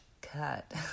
cut